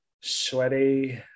sweaty